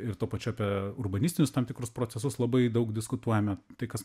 ir tuo pačiu apie urbanistinius tam tikrus procesus labai daug diskutuojame tai kas